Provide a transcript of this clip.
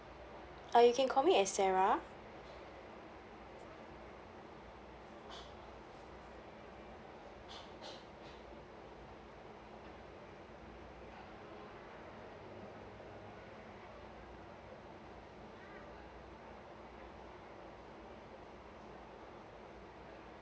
uh you can call me as sarah